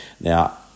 Now